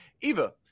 Eva